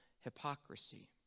hypocrisy